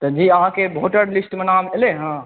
तऽ जी अहाँकें वोटर लिस्ट मे नाम भेलै हँ